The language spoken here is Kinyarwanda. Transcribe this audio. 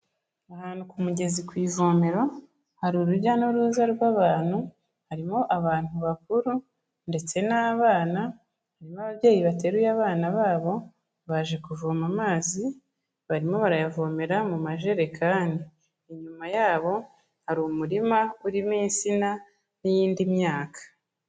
Ahantu ku mugezi ku ivomero, hari urujya n'uruza rw'abantu, harimo abantu bakuru ndetse n'abana, harimo ababyeyi bateruye abana babo baje kuvoma amazi, barimo barayavomera mu majerekani, inyuma yabo hari umurima urimo insina n'iyindi myaka.